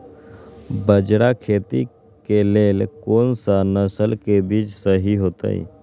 बाजरा खेती के लेल कोन सा नसल के बीज सही होतइ?